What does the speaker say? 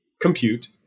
compute